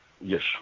yes